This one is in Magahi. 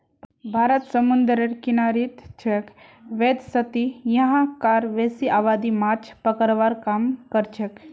भारत समूंदरेर किनारित छेक वैदसती यहां कार बेसी आबादी माछ पकड़वार काम करछेक